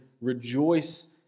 rejoice